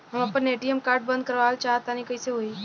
हम आपन ATM card बंद करावल चाह तनि कइसे होई?